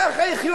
ככה יחיו